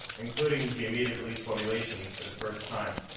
including the immediate-release formulations for the first time.